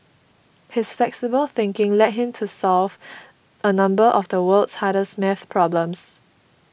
his flexible thinking led him to solve a number of the world's hardest math problems